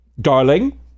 Darling